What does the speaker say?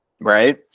right